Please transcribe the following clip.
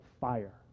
fire